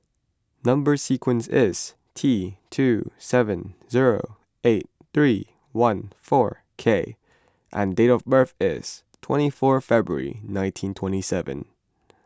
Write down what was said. Number Sequence is T two seven zero eight three one four K and date of birth is twenty four February nineteen twenty seven